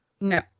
no